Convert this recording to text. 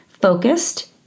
focused